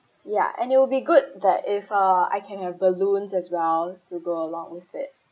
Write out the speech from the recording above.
ya and it will be good that if uh I can have balloons as well to go along with it